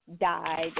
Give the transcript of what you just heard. died